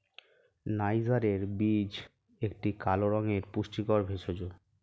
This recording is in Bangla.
নাইজারের বীজ একটি কালো রঙের পুষ্টিকর ভেষজ